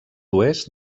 oest